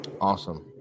Awesome